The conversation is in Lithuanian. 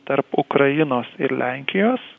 tarp ukrainos ir lenkijos